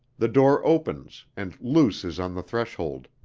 the door opens and luce is on the threshold.